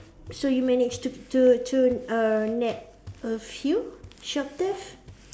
so you managed to to to uh nabbed a few shop theft